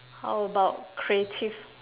how about creative